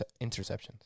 interceptions